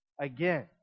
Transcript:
again